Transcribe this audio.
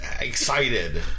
excited